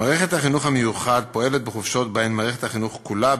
מערכת החינוך המיוחד פועלת בחופשות שבהן מערכת החינוך כולה בחופשה,